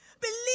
Believe